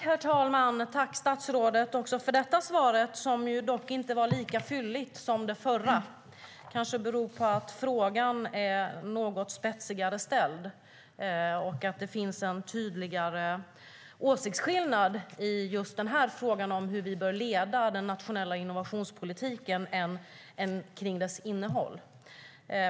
Herr talman! Tack, statsrådet, också för detta svar, som dock inte var lika fylligt som det förra. Det kanske beror på att frågan är något spetsigare ställd och att det finns en tydligare åsiktsskillnad i frågan om hur vi bör leda den nationella innovationspolitiken än om dess innehåll.